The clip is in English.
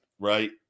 Right